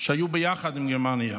שהיו ביחד עם גרמניה.